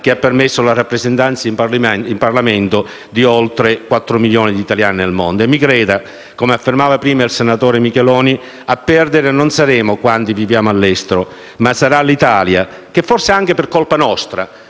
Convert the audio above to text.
che ha permesso la rappresentanza in parlamento agli oltre 4.000.000 di italiani nel mondo. Mi creda, come affermava prima il senatore Micheloni, a perdere non saranno coloro che vivono all'estero ma sarà l'Italia che forse, anche per colpa nostra,